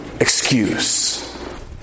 excuse